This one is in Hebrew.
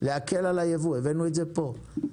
להקל על הייבוא הבאנו את זה פה,